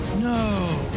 No